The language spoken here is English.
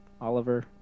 Oliver